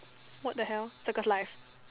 what the hell circles life